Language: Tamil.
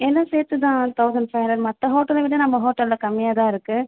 எல்லாம் சேர்த்து தான் தெளசண்ட் ஃபை ஹண்ட்ரட் மற்ற ஹோட்டலை விட நம்ம ஹோட்டலில் கம்மியாக தான் இருக்குது